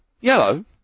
yellow